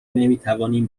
نمیتوانیم